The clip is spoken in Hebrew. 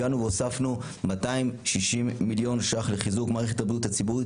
הגענו והוספנו 260 מיליון שקלים לחיזוק מערכת הבריאות הציבורית